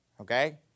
okay